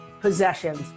possessions